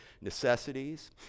necessities